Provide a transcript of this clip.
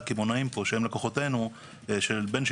יש תעשייה שלמה שנמצאת ברשות הפלסטינית,